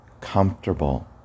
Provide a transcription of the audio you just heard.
comfortable